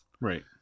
right